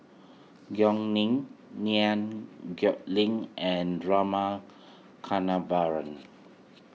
Gao Ning Liew Geok Leong and Rama Kannabiran